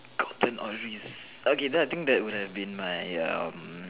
gotten or res~ okay then I think that would have been my um